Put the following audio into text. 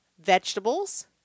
Vegetables